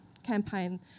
campaign